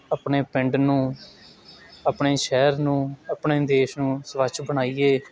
ਆਪਣੇ ਪਿੰਡ ਨੂੰ ਆਪਣੇ ਸ਼ਹਿਰ ਨੂੰ ਆਪਣੇ ਦੇਸ਼ ਨੂੰ ਸਵੱਛ ਬਣਾਈਏ